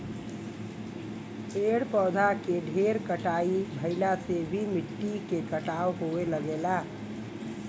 पेड़ पौधा के ढेर कटाई भइला से भी मिट्टी के कटाव होये लगेला